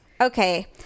Okay